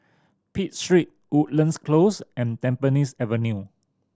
Pitt Street Woodlands Close and Tampines Avenue